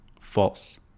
False